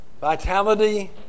vitality